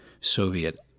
Soviet